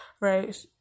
right